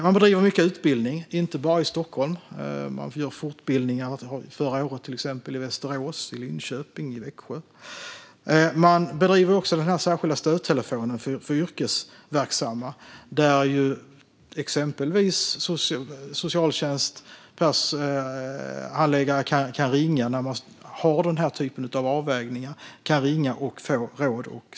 Man bedriver mycket utbildning, inte bara i Stockholm. Förra året ordnade man till exempel fortbildningar i Västerås, Linköping och Växjö. Man har också en särskild stödtelefon för yrkesverksamma, dit exempelvis socialtjänstens handläggare kan ringa för att få råd och stöd när de ska göra denna typ av avvägningar.